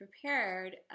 prepared